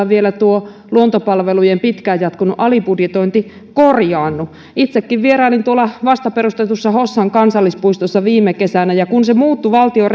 vielä tuo luontopalvelujen pitkään jatkunut alibudjetointi korjaannu itsekin vierailin tuolla vastaperustetussa hossan kansallispuistossa viime kesänä ja kun se muuttui valtion